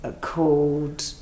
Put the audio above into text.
called